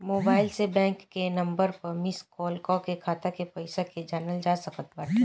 mobile से bank के number पअ मिस काल कर के खाता के पईसा के जानल जा सकत बाटे